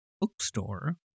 bookstore